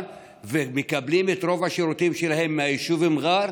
ומקבלים את רוב השירותים שלהם מהיישוב מר'אר,